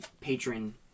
patron